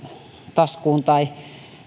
taskuun